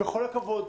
בכל הכבוד.